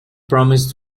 promised